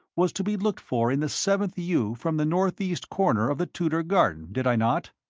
was to be looked for in the seventh yew from the northeast corner of the tudor garden, did i not?